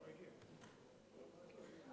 אדוני היושב-ראש,